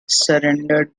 surrendered